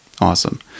Awesome